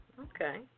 Okay